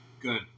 good